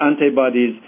antibodies